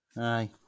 Aye